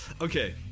Okay